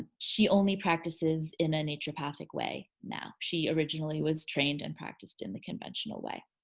she only practices in a naturopathic way now. she originally was trained and practiced in the conventional way.